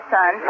Son